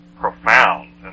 profound